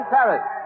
Paris